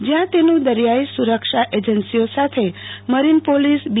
જયાં તેનું દરિયાઈ સુ રક્ષા એજન્સીઓ સાથે મરીન પોલીસ બી